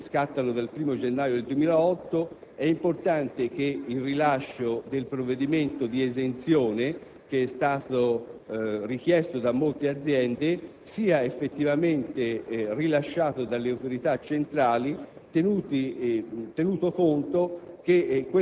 che scattano dal 1° gennaio 2008, è importante che il rilascio del provvedimento di esenzione, che è stato richiesto da molte aziende, sia effettivamente rilasciato dalle autorità centrali, tenuto conto